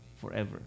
forever